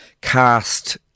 cast